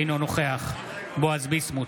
אינו נוכח בועז ביסמוט,